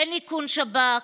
כן איכון שב"כ,